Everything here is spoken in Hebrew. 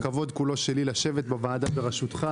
הכבוד כולו שלי לשבת בוועדה בראשותך.